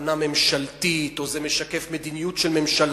בהכוונה ממשלתית או זה משקף מדיניות של ממשלה.